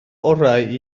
orau